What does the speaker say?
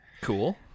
Cool